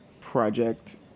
project